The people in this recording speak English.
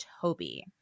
Toby